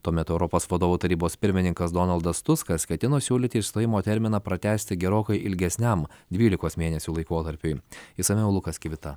tuo metu europos vadovų tarybos pirmininkas donaldas tuskas ketino siūlyti išstojimo terminą pratęsti gerokai ilgesniam dvylikos mėnesių laikotarpiui išsamiau lukas kivita